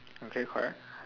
okay correct